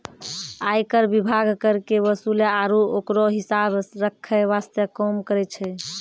आयकर विभाग कर के वसूले आरू ओकरो हिसाब रख्खै वास्ते काम करै छै